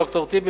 ד"ר טיבי,